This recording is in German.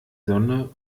sonne